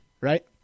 right